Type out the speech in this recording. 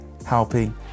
helping